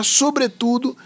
sobretudo